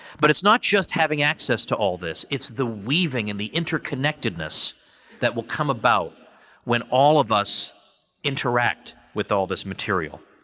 but, it's not just having access to all this. it's the weaving and the interconnectedness that will come about when all of us interact with all this material.